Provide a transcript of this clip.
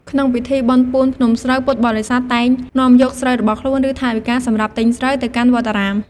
ក្នុងពិធីបុណ្យពូនភ្នំស្រូវ ពុទ្ធបរិស័ទតែងនាំយកស្រូវរបស់ខ្លួន ឬថវិកាសម្រាប់ទិញស្រូវ ទៅកាន់វត្តអារាម។